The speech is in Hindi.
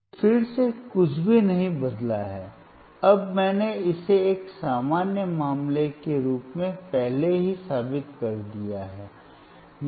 तो फिर से कुछ भी नहीं बदला है अब मैंने इसे एक सामान्य मामले के रूप में पहले ही साबित कर दिया है